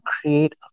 create